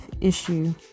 issue